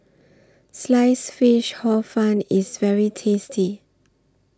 Sliced Fish Hor Fun IS very tasty